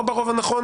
לא ברוב הנכון